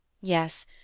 Yes